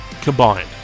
combined